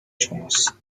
شماست